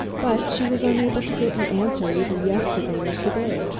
but she was unable to get an answer either yesterday or to-day,